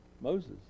Moses